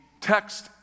Text